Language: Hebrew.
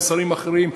ושרים אחרים,